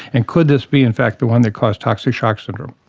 and could this be in fact the one that caused toxic shock syndrome.